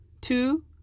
Two